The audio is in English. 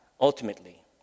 ultimately